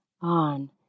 on